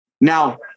now